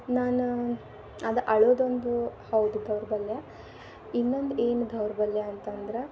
ನಾನು ಅದು ಅಳೋದೊಂದು ಹೌದು ದೌರ್ಬಲ್ಯ ಇನ್ನೊಂದು ಏನು ದೌರ್ಬಲ್ಯ ಅಂತಂದ್ರೆ